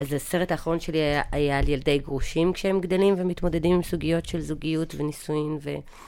אז הסרט אחרון שלי היה על ילדי גרושים כשהם גדלים ומתמודדים עם סוגיות של זוגיות ונישואים ו...